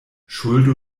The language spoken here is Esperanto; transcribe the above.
ŝuldo